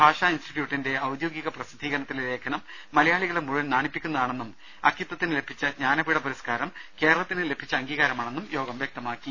ഭാഷാ ഇൻസ്റ്റിറ്റ്യൂട്ടിന്റെ ഔദ്യോഗിക പ്രസിദ്ധീകരണത്തിലെ ലേഖനം മലയാളികളെ മുഴുവൻ നാണിപ്പിക്കുന്നതാണെന്നും അക്കിത്തത്തിന് ലഭിച്ച ജ്ഞാനപീഠ പുരസ്കാരം കേരളത്തിന് ലഭിച്ച അംഗീകാരമാണെന്നും യോഗം വൃക്ത മാക്കി